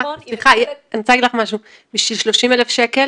פה, במקרה בימי שני,